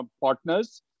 partners